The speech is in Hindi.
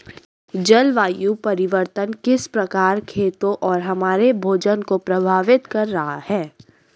जलवायु परिवर्तन किस प्रकार खेतों और हमारे भोजन को प्रभावित कर रहा है?